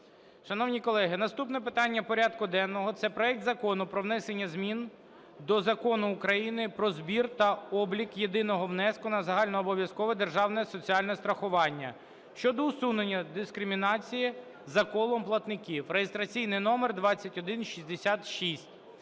Шановні колеги, наступне питання порядку денного - це проект Закону про внесення змін до Закону України "Про збір та облік єдиного внеску на загальнообов'язкове державне соціальне страхування" (щодо усунення дискримінації за колом платників) (реєстраційний номер 2166).